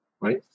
right